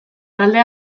talde